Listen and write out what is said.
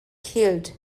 killed